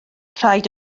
rhaid